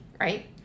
right